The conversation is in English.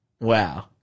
Wow